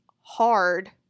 hard